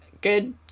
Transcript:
good